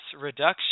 reduction